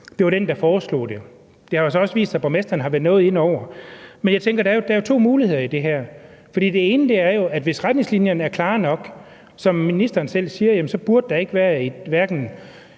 det var dem, der foreslog det. Det har også vist sig, at borgmesteren har været noget inde over det. Men jeg tænker, at der er to muligheder i det her. Den ene er, at hvis retningslinjerne er klare nok, som ministeren selv siger, så burde der ikke være nogen